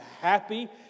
happy